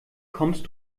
kommst